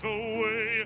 away